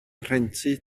rhentu